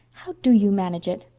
how do you manage it?